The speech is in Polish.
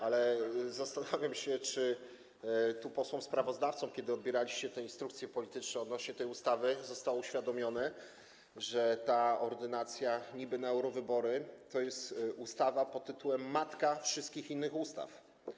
Ale zastanawiam się, czy posłom sprawozdawcom, kiedy odbieraliście instrukcje polityczne dotyczące tej ustawy, zostało uświadomione, że ta ordynacja niby na eurowybory to jest ustawa pod tytułem: matka wszystkich innych ustaw.